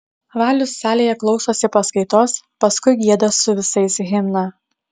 valius salėje klausosi paskaitos paskui gieda su visais himną